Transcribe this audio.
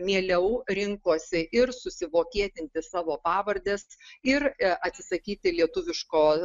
mieliau rinkosi ir susivokietinti savo pavardes ir atsisakyti lietuviško